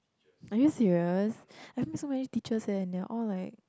are you serious I knew so many teachers eh and they are all like